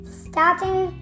starting